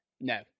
No